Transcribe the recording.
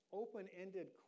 open-ended